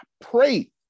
pray